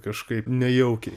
kažkaip nejaukiai